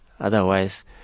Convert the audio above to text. Otherwise